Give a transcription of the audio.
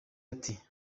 ati